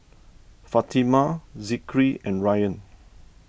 Fatimah Zikri and Ryan